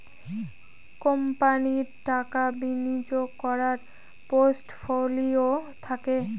কোম্পানির টাকা বিনিয়োগ করার পোর্টফোলিও থাকে